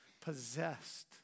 possessed